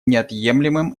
неотъемлемым